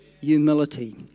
Humility